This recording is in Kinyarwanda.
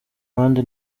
impande